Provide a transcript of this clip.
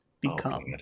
become